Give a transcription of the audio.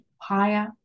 higher